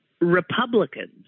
Republicans